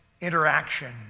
interaction